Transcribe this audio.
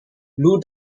lou